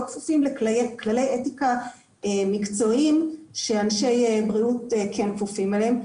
כפופים לכללי אתיקה מקצועיים שאנשי בריאות כן כפופים אליהם.